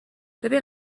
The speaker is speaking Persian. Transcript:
ببین